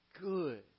good